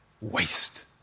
waste